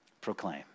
proclaim